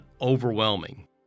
overwhelming